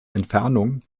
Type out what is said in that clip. entfernung